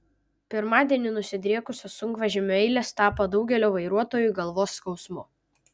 pirmadienį nusidriekusios sunkvežimių eilės tapo daugelio vairuotojų galvos skausmu